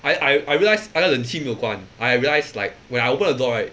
I I I realised 那个冷气没有关 I realize like when I open the door right